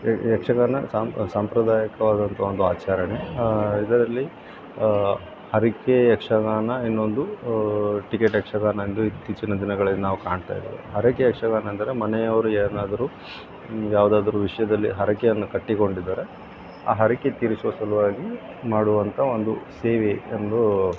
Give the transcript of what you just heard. ಯಕ್ ಯಕ್ಷಗಾನ ಸಾಂಪ್ ಸಾಂಪ್ರದಾಯಿಕವಾದಂಥ ಒಂದು ಆಚರಣೆ ಇದರಲ್ಲಿ ಹರಕೆ ಯಕ್ಷಗಾನ ಇನ್ನೊಂದು ಟಿಕೆಟ್ ಯಕ್ಷಗಾನ ಎಂದು ಇತ್ತೀಚಿನ ದಿನಗಳಲ್ಲಿ ನಾವು ಕಾಣ್ತಾ ಇದ್ದೇವೆ ಹರಕೆ ಯಕ್ಷಗಾನ ಎಂದರೆ ಮನೆಯವರು ಏನಾದರೂ ಯಾವುದಾದರೂ ವಿಷಯದಲ್ಲಿ ಹರಕೆಯನ್ನು ಕಟ್ಟಿಕೊಂಡಿದ್ದರೆ ಆ ಹರಕೆ ತೀರಿಸುವ ಸಲುವಾಗಿ ಮಾಡುವಂಥ ಒಂದು ಸೇವೆ ಎಂದು